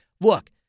look